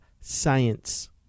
science